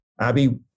Abby